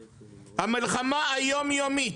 המלחמה היום יומית,